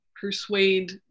persuade